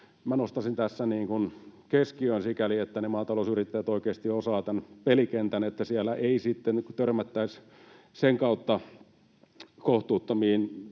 nostaisin tässä keskiöön, sikäli että ne maatalousyrittäjät oikeasti osaavat tämän pelikentän ja siellä ei törmättäisi sen kautta kohtuuttomiin